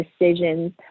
decisions